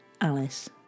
Alice